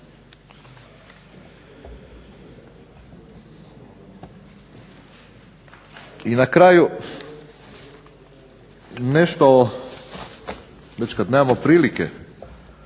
I na kraju, nešto već kad nemamo prilike